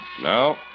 Now